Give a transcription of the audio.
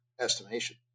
estimation